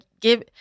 give